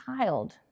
child